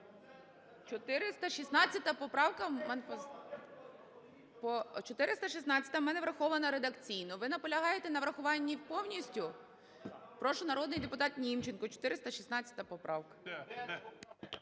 у залі) 416-а в мене врахована редакційно. Ви наполягаєте на врахуванні повністю? Прошу, народний депутат Німченко, 416 поправка.